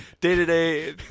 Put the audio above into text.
Day-to-day